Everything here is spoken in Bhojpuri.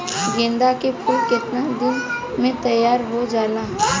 गेंदा के फूल केतना दिन में तइयार हो जाला?